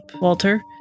Walter